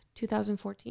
2014